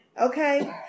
Okay